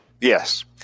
Yes